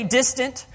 distant